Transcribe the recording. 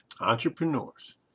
entrepreneurs